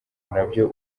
nabyo